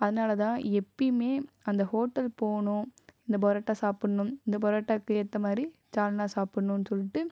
அதனால தான் எப்போயுமே அந்த ஹோட்டல் போகனும் இந்த பரட்டா சாப்பிடணும் இந்த பரட்டாக்கு ஏற்ற மாதிரி சால்னா சாப்பிடுனும் சொல்லிட்டு